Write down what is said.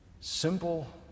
simple